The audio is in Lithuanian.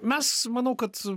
mes manau kad